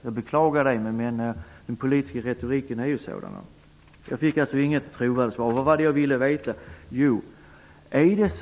Jag beklagar, men den politiska retoriken är ju sådan. Jag fick alltså inte något trovärdigt svar på min fråga. Vad var det då jag ville veta?